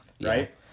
right